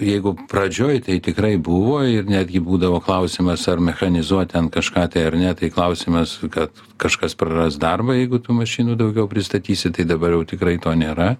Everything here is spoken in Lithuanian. jeigu pradžioj tai tikrai buvo ir netgi būdavo klausimas ar mechanizuot ten kažką tai ar ne tai klausimas kad kažkas praras darbą jeigu tų mašinų daugiau pristatysi tai dabar jau tikrai to nėra